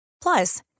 Plus